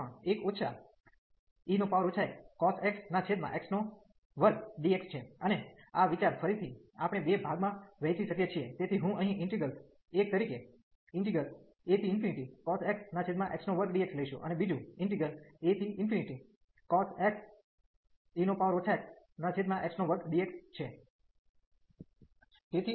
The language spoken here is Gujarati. અને આ વિચાર ફરીથી આપણે બે ભાગમાં વહેંચી શકીએ છીએ તેથી હું અહીં ઇન્ટિગ્રેલ્સ 1 તરીકે acos x x2dx લઈશું અને બીજૂં acos x e xx2dx